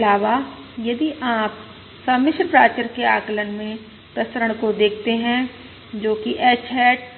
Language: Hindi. इसके अलावा यदि आप सम्मिश्र प्राचर के आकलन में प्रसरण को देखते हैं जो कि H हैट